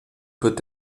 peut